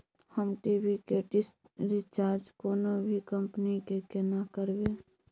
हम टी.वी के dish recharge कोनो भी कंपनी के केना करबे?